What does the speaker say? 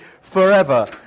forever